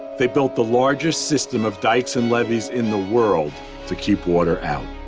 they built the largest system of dikes and levees in the world to keep water out.